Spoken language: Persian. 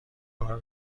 بار